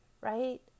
right